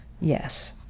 yes